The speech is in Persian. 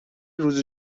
روز